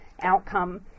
outcome